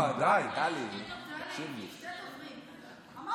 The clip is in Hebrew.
אני רק עושה בשפת הסימנים.